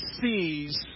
sees